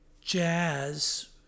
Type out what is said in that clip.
jazz